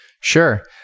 Sure